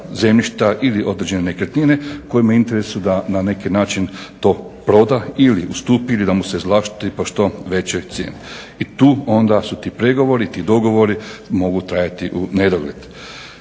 zemljišta ili određene nekretnine kojemu je u interesu da na neki način to proda ili ustupi ili da mu se izvlasti po što većoj cijeni. I tu onda su ti pregovori, ti dogovori mogu trajati unedogled.